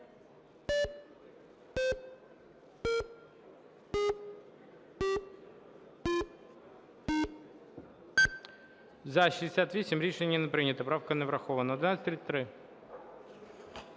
За-68 Рішення не прийнято. Правка не врахована.